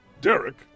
Derek